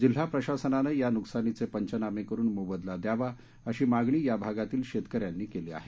जिल्हा प्रशासनानं या नुकसानीचे पंचनामे करून मोबदला द्यावा अशी मागणी या भागातील शेतकऱ्यांनी केली आहे